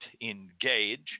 engage